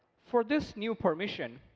for this new permission,